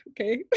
okay